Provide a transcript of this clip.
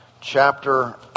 chapter